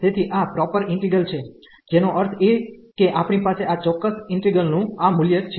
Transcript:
તેથી આ proper integral છે જેનો અર્થ એ કે આપણી પાસે આ ચોક્કસ ઈન્ટિગ્રલ નું આ મૂલ્ય છે